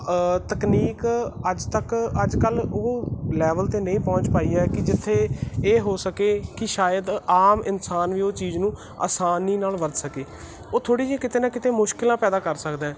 ਤਕਨੀਕ ਅੱਜ ਤੱਕ ਅੱਜ ਕੱਲ੍ਹ ਉਹ ਲੈਵਲ ਤੇ ਨਈਂ ਪਹੁੰਚ ਪਾਈ ਐ ਕੀ ਜਿੱਥੇ ਇਹ ਹੋ ਸਕੇ ਕੀ ਸ਼ਾਇਦ ਆਮ ਇਨਸਾਨ ਵੀ ਉਹ ਚੀਜ ਨੂੰ ਆਸਾਨੀ ਨਾਲ ਵਰਤ ਸਕੇ ਉਹ ਥੋੜੀ ਜਿਹੀ ਕਿਤੇ ਨਾ ਕਿਤੇ ਮੁਸ਼ਕਿਲਾਂ ਪੈਦਾ ਕਰ ਸਕਦਾ ਐ